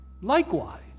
Likewise